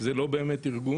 אבל זה לא באמת ארגון.